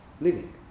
living